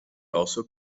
also